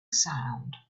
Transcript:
sound